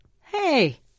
hey